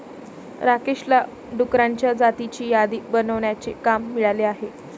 राकेशला डुकरांच्या जातींची यादी बनवण्याचे काम मिळाले आहे